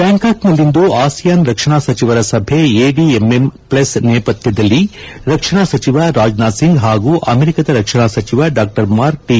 ಬ್ಯಾಂಕಾಕ್ನಲ್ಲಿಂದು ASEAN ರಕ್ಷಣಾ ಸಚಿವರ ಸಭೆ ಎಡಿಎಮ್ಎಮ್ ಪ್ಲಸ್ ನೇಪಥ್ಯದಲ್ಲಿ ರಕ್ಷಣಾ ಸಚಿವ ರಾಜನಾಥ್ ಸಿಂಗ್ ಹಾಗೂ ಅಮೆರಿಕದ ರಕ್ಷಣಾ ಸಚಿವ ಡಾ ಮಾರ್ಕ್ ಟಿ